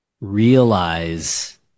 realize